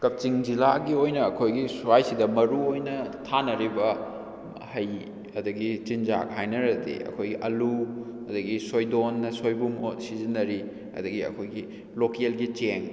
ꯀꯛꯆꯤꯡ ꯖꯤꯜꯂꯥꯒꯤ ꯑꯣꯏꯅ ꯑꯩꯈꯣꯏꯒꯤ ꯁ꯭ꯋꯥꯏꯁꯤꯗ ꯃꯔꯨ ꯑꯣꯏꯅ ꯊꯥꯅꯔꯤꯕ ꯍꯩ ꯑꯗꯒꯤ ꯆꯤꯟꯖꯥꯛ ꯍꯥꯏꯅꯔꯗꯤ ꯑꯩꯈꯣꯏꯒꯤ ꯑꯥꯂꯨ ꯑꯗꯒꯤ ꯁꯣꯏꯗꯣꯟꯅ ꯁꯣꯏꯕꯨꯝ ꯁꯤꯖꯤꯟꯅꯔꯤ ꯑꯗꯒꯤ ꯑꯩꯈꯣꯏꯒꯤ ꯂꯣꯀꯦꯜꯒꯤ ꯆꯦꯡ